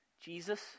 Jesus